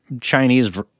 Chinese